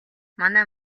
манай